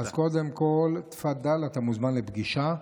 אז קודם כול, תפדל, אתה מוזמן לפגישה.